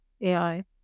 AI